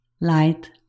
light